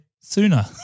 sooner